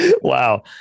Wow